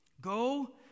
go